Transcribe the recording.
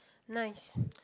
nice